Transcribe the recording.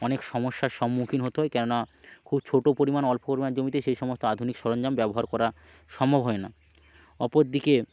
অনেক সমস্যার সম্মুখীন হতে হয় কেননা খুব ছোটো পরিমাণ অল্প পরিমাণ জমিতে সেই সমস্ত আধুনিক সরঞ্জাম ব্যবহার করা সম্ভব হয় না অপর দিকে